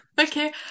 okay